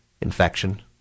infection